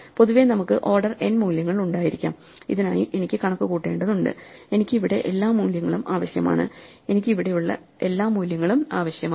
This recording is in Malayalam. പൊതുവേ നമുക്ക് ഓർഡർ n മൂല്യങ്ങൾ ഉണ്ടായിരിക്കാം ഇതിനായി എനിക്ക് കണക്കുകൂട്ടേണ്ടതുണ്ട് എനിക്ക് ഇവിടെ എല്ലാ മൂല്യങ്ങളും ആവശ്യമാണ് എനിക്ക് ഇവിടെയുള്ള എല്ലാ മൂല്യങ്ങളും ആവശ്യമാണ്